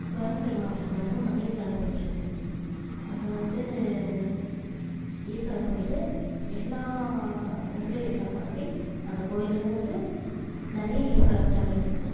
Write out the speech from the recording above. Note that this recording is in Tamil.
கோயமுத்தூர் மாவட்டத்தில் வந்து மன்னீஸ்வரன் கோவில் இருக்குது அங்கே வந்து ஈஸ்வரன் கோவிலு எல்லா ஊர்லேயும் இருக்கிற மாதிரி அந்த கோவிலு வந்து நிறைய ஈஸ்வரன் சிலை இருக்கும்